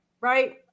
right